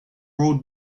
road